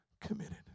committed